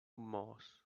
moss